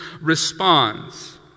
responds